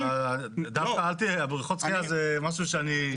דווקא בריכות השחייה זה משהו שאני,